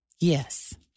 Yes